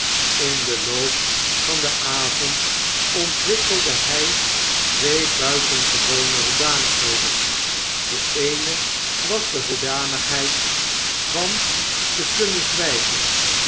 in den loop van den avond ontwikkelde hij twee buitengewone hoedanigheden de eene was de hoedanigheid van te kunnen zwygen